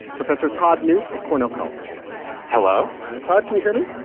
professor todd knoop of cornell college hello todd, can you hear me?